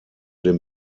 den